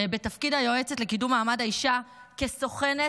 בתפקיד היועצת לקידום מעמד האישה סוכנת